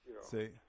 See